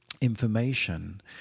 information